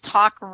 Talk